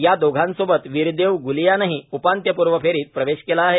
या दोघांसोबत वीरदेव गुलीयानंही उपांत्यपूर्व फेरीत प्रवेश केला आहे